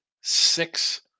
six